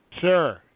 Sir